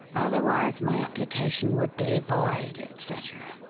otherwise my application would be void, et cetera.